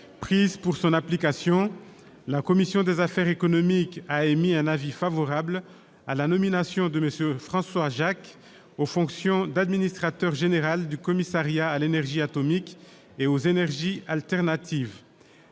prises pour son application, la commission des affaires économiques a émis un avis favorable sur la nomination de M. François Jacq aux fonctions d'administrateur général du Commissariat à l'énergie atomique et aux énergies alternatives.